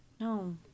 no